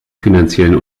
finanziellen